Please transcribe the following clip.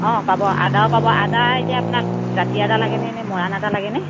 অঁ পাব আদাও পাব আদা এতিয়া আপোনাক জাতি আদা লাগেনে নে মৰাণ আদা লাগেনে